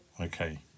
Okay